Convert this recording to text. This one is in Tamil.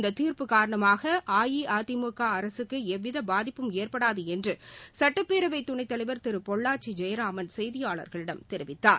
இந்த தீர்ப்பு காரணமாக அஇஅதிமுக அரசுக்கு எவ்வித பாதிப்பும் ஏற்படாது என்று சுட்டப்பேரவைத் துணைத்தலைவர் திரு பொள்ளாச்சி ஜெயரமன் செய்தியாளர்களிடம் தெரிவித்தார்